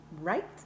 right